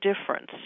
difference